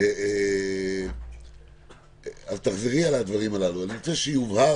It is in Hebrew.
זה כן עלול לחתור בסופו של דבר תחת הרציונל